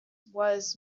was